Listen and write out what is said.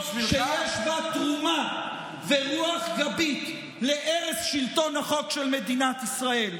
שיש בה תרומה ורוח גבית להרס שלטון החוק של מדינת ישראל.